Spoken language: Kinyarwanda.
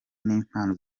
n’impano